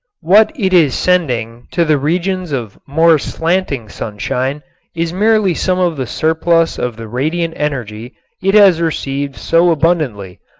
what it is sending to the regions of more slanting sunshine is merely some of the surplus of the radiant energy it has received so abundantly,